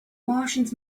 martians